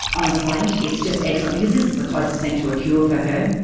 honestly, it's just excellent because this is the closest thing to a cure for her.